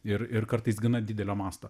ir ir kartais gana didelio masto